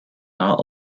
not